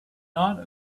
not